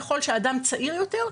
ככל שהאדם צעיר יותר,